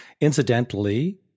Incidentally